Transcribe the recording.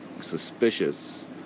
suspicious